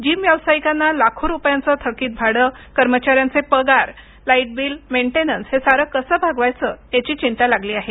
gym व्यवसायिकांना लाखो रुपयांच थकीत भाडं कर्मचारी पगार लाईट बिल मेंटेनन्स हे सारं कसं भागवायचं याची चिंता लागली आहे